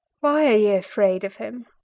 why are ye afraid of him?